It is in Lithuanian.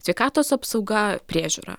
sveikatos apsauga priežiūra